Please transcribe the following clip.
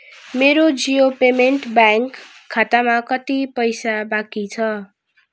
मेरो Jio payment bank खातामा कति पैसा बाँकी छ